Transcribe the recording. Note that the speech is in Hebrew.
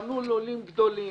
בנו לולים גדולים